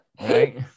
right